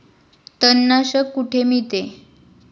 तणनाशक कुठे मिळते?